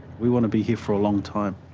we want to be here for a long time.